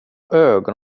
ögon